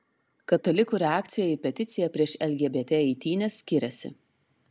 katalikų reakcija į peticiją prieš lgbt eitynes skiriasi